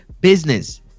business